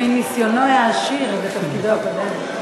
מניסיונו העשיר בתפקידו הקודם.